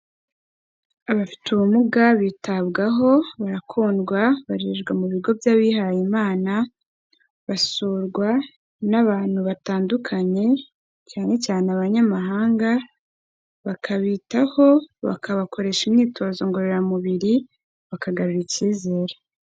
Abafite ubumuga bitabwaho, barakundwa barererwa mu bigo by'abihayemana, basurwa n'abantu batandukanye cyane cyane abanyamahanga, bakabitaho bakabakoresha imyitozo ngororamubiri bakagarura icyizere.